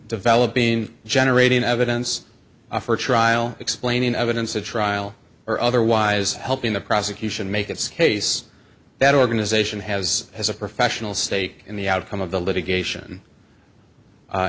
developing generating evidence for trial explaining evidence at trial or otherwise helping the prosecution make its case that organization has has a professional stake in the outcome of the litigation